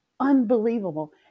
Unbelievable